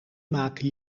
maken